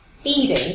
feeding